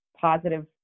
positive